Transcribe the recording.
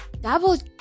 double